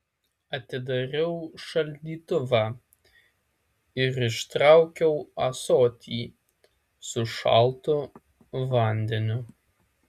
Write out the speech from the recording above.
atidariau šaldytuvą ir ištraukiau ąsotį su šaltu vandeniu